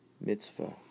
Mitzvah